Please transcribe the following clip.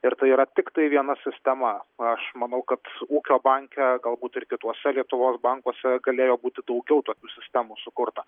ir tai yra tiktai viena sistema aš manau kad ūkio banke galbūt ir kituose lietuvos bankuose galėjo būti daugiau tokių sistemų sukurta